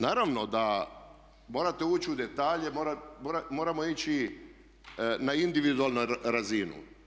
Naravno da morate ući u detalje, moramo ići na individualnu razinu.